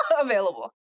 available